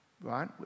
right